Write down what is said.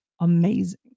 amazing